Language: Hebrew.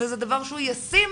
וזה דבר שהוא ישים,